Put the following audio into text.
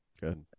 Good